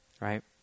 Right